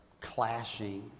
clashing